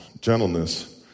gentleness